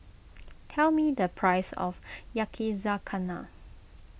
tell me the price of Yakizakana